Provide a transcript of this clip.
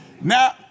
Now